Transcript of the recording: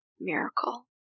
miracle